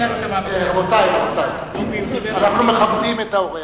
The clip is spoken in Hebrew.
אין הסכמה, רבותי, רבותי, אנחנו מכבדים את האורח.